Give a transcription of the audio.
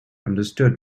understood